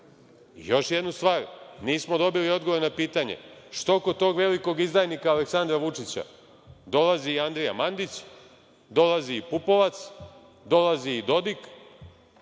Još jednu stvar, nismo dobili odgovor na pitanje, što kod tog velikog izdajnika Aleksandra Vučića dolazi Andrija Mandić, dolazi i Pupovac, dolazi i Dodik,